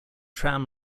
tram